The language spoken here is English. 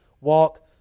walk